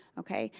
okay.